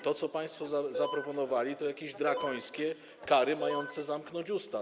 To, co państwo zaproponowali, to jakieś drakońskie kary mające zamknąć usta.